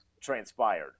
transpired